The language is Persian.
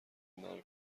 مرگ